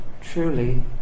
truly